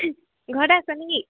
ঘৰতে আছানে কি